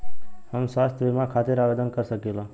हम स्वास्थ्य बीमा खातिर आवेदन कर सकीला?